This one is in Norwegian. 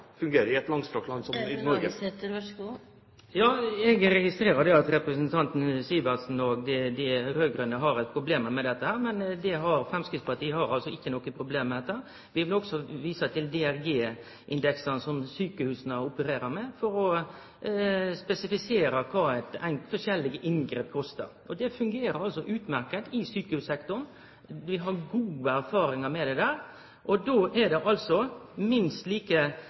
land som Norge? Ja, eg registrerer at representanten Sivertsen og dei raud-grøne har problem med dette, men Framstegspartiet har altså ikkje noko problem med dette. Vi vil òg vise til DRG-indeksen som sjukehusa opererer med for å spesifisere kva dei forskjellige inngrepa kostar. Det fungerer utmerkt i sjukehussektoren. Vi har gode erfaringar med det der, og då er det eit minst like